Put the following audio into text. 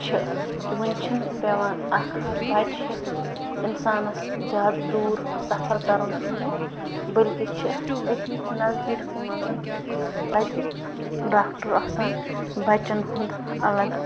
چھِ وٕنہِ چھِنہٕ پٮ۪وان اَکھ بَچہٕ ہٮ۪تھ اِنسانَس زیادٕ دوٗر صَفر کَرُن کِہیٖنۍ بٔلکہِ چھِ أتی نزدیٖکسٕے منٛز اَتہِ ڈاکٹر آسان بَچن ہُند اَلگ